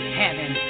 heaven